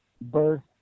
birth